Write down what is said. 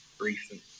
recent